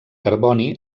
carboni